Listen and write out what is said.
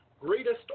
Greatest